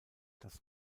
das